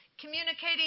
Communicating